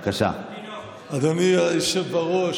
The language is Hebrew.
אשריך, היושב-ראש.